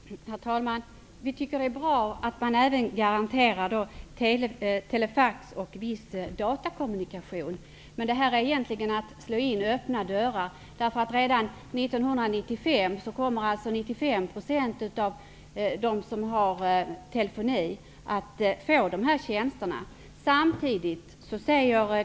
Herr talman! Vi tycker att det är bra att man även garanterar telefax och viss datakommunikation. Men det här är egentligen att slå in öppna dörrar. Redan 1995 kommer nämligen 95 % av dem som har telefoni att få de här tjänsterna.